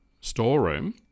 storeroom